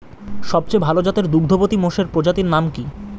সবচেয়ে ভাল জাতের দুগ্ধবতী মোষের প্রজাতির নাম কি?